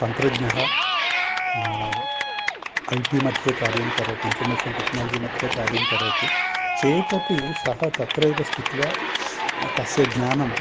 तन्त्रज्ञः ऐटिमध्ये कार्यं करोति इन्फर्मेषन् टेक्नोलजिमध्ये कार्यं करोति चेदपि सः तत्रैव स्थित्वा तस्य ज्ञानं